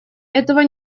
этого